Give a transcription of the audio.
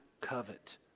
covet